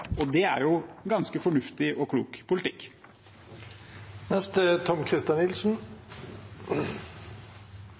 og det er jo ganske fornuftig og klok politikk.